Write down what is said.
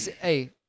hey